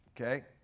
okay